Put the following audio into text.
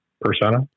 persona